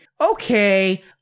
okay